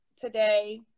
today